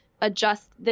adjust